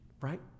right